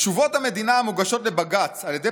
תשובות המדינה המוגשות לבג"ץ על ידי